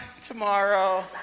tomorrow